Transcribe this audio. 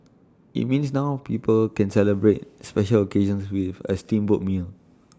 IT means now people can celebrate special occasions with A steamboat meal